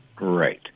Right